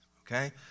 okay